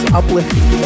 uplifting